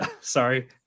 Sorry